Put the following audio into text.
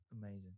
amazing